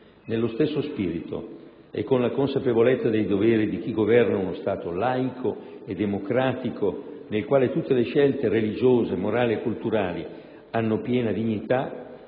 Nello stesso spirito e con la consapevolezza dei doveri di chi governa uno Stato laico e democratico, nel quale tutte le scelte religiose, morali e culturali hanno piena dignità,